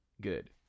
good